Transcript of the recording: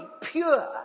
pure